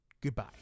Goodbye